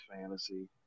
fantasy